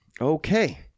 Okay